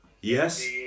yes